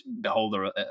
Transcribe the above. beholder